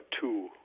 two